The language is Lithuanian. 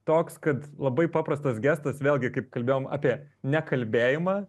toks kad labai paprastas gestas vėlgi kaip kalbėjom apie nekalbėjimą